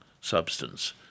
substance